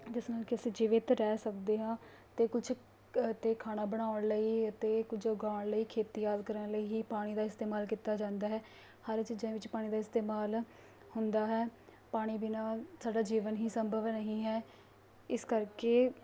ਜਿਸ ਨਾਲ ਕਿ ਅਸੀਂ ਜੀਵਿਤ ਰਹਿ ਸਕਦੇ ਹਾਂ ਅਤੇ ਕੁਛ ਅਤੇ ਖਾਣਾ ਬਣਾਉਣ ਲਈ ਅਤੇ ਕੁਝ ਉਗਾਉਣ ਲਈ ਖੇਤੀ ਆਦਿ ਕਰਨ ਲਈ ਹੀ ਪਾਣੀ ਦਾ ਇਸਤੇਮਾਲ ਕੀਤਾ ਜਾਂਦਾ ਹੈ ਹਰ ਚੀਜ਼ਾਂ ਵਿੱਚ ਪਾਣੀ ਦਾ ਇਸਤੇਮਾਲ ਹੁੰਦਾ ਹੈ ਪਾਣੀ ਬਿਨਾਂ ਸਾਡਾ ਜੀਵਨ ਹੀ ਸੰਭਵ ਨਹੀਂ ਹੈ ਇਸ ਕਰਕੇ